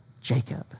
Jacob